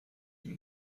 این